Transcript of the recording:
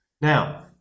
Now